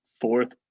fourth